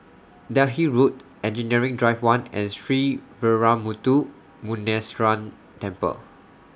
Delhi Road Engineering Drive one and Sree Veeramuthu Muneeswaran Temple